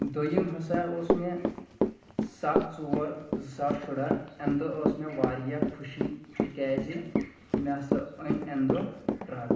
دوٚیِم ہَسا اوس مےٚ سَتھ ژور زٕساس شُراہ اَمہِ دۄہ ٲسۍ مےٚ واریاہ خوشی تِکیازِ مےٚ سا أنۍ اَمہِ دۄہ ٹرٛک